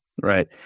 Right